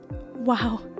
Wow